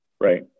Right